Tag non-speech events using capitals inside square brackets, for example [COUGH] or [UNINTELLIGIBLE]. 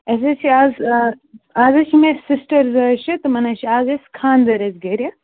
اَسہِ حظ چھِ آز آز حظ چھِ مےٚ سِسٹَر [UNINTELLIGIBLE] چھِ تِمَن حظ چھِ آز اَسہِ خانٛدَر اَسہِ گرِ